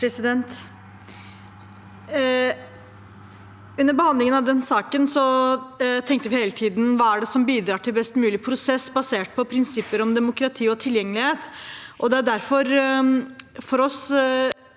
Under behandlingen av denne saken tenkte vi hele tiden på hva som bidrar til best mulig prosess, basert på prinsipper om demokrati og tilgjengelighet.